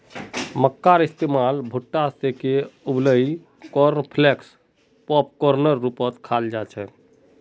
मक्कार इस्तमाल भुट्टा सेंके उबलई कॉर्नफलेक्स पॉपकार्नेर रूपत खाल जा छेक